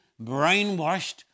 brainwashed